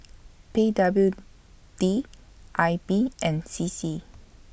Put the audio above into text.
P W D I B and C C